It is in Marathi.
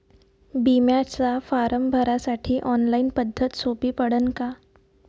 बिम्याचा फारम भरासाठी ऑनलाईन पद्धत सोपी पडन का?